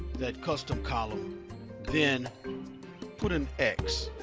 that custom column then put an x.